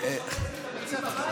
חודש וחצי התלמידים בבית.